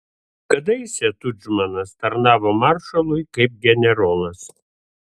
kadaise tudžmanas tarnavo maršalui kaip generolas